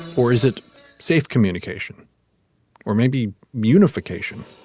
or is it safe communication or maybe unification